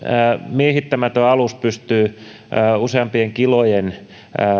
miehittämätön alus pystyy useampien kilojen